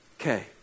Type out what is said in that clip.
Okay